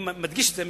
אני מדגיש את זה,